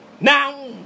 Now